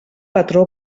patró